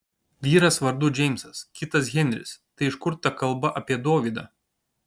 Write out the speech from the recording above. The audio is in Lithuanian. vyras vardu džeimsas kitas henris tai iš kur ta kalba apie dovydą